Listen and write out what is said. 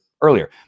earlier